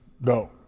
No